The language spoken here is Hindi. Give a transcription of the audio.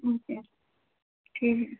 ओके ठीक